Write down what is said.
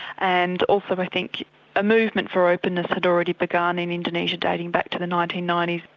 and also i think a movement for openness had already begun in indonesia, dating back to the nineteen ninety